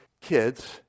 kids